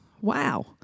Wow